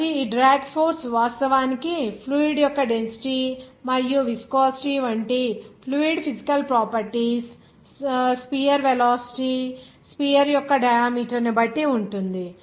కాబట్టి ఈ drag force వాస్తవానికి ఫ్లూయిడ్ యొక్క డెన్సిటీ మరియు విస్కోసిటీ వంటి fluid physical properties sphere velocity sphere యొక్క డయామీటర్ ని బట్టి ఉంటుంది